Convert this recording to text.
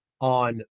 on